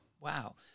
Wow